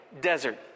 desert